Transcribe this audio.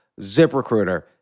ZipRecruiter